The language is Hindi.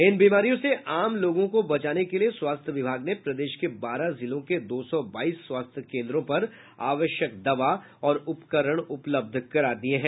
इन बीमारियों से आम लोगों को बचाने के लिए स्वास्थ्य विभाग ने प्रदेश के बारह जिलों के दो सौ बाईस स्वास्थ्य केंद्रों पर आवश्यक दवा और उपकरण उपलब्ध करा दिया है